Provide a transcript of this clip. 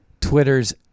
Twitter's